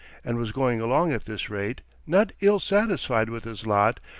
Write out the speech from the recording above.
and was going along at this rate, not ill satisfied with his lot,